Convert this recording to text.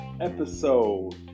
episode